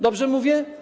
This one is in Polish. Dobrze mówię?